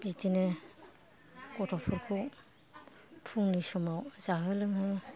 बिदिनो गथ'फोरखौ फुंनि समाव जाहो लोंहो